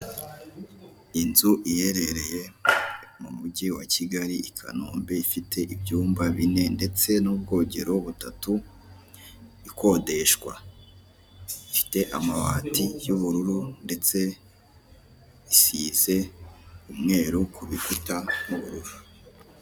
Inzu iherereye mu mujyi wa Kigali i kanombe ifite ibyumba bine ndetse n'ubwogero butatu ikodeshwa ifite amabati yubururu ndetse isizwe umweru kubikuta n'ubururu.